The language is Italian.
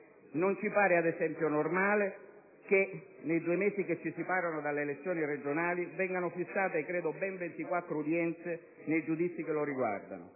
Non ci pare - ad esempio - normale che, nei due mesi che ci separano dalle elezioni regionali, vengano fissate - credo - ben 24 udienze nei giudizi che lo riguardano.